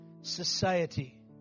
society